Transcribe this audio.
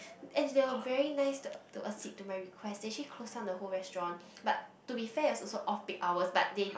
and they were very nice to to accede to my request they actually close down the whole restaurant but to be fair it was also off peak hours but they